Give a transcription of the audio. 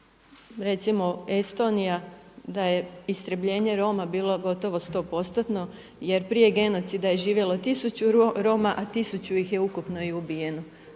recimo Estonija da je istrebljenje Roma bilo gotovo sto postotno, jer prije genocida je živjelo 1000 Roma, a 1000 ih je ukupno i ubijeno.